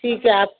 ठीक है आप